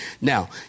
Now